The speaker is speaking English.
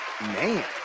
Man